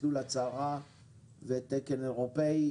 חצי שנתי או חד שנתי,